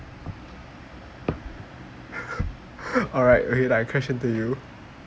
oh right I crashed into you